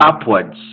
upwards